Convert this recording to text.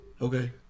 Okay